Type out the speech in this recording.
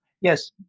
Yes